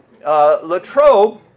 Latrobe